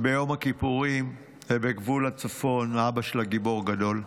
ביום הכיפורים בגבול הצפון, אבא שלה גיבור גדול,